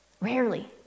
rarely